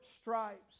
stripes